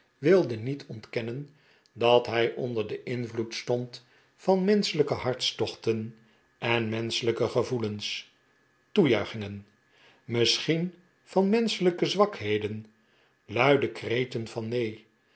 wilde niet ontkennen dat hij onder den invloed stond van menschelijke hartstochten en menschelijke gevoelens toejuichingen misschien van menschelijke z'wakheden luide kreten van neen